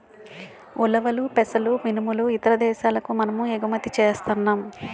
ఉలవలు పెసలు మినుములు ఇతర దేశాలకు మనము ఎగుమతి సేస్తన్నాం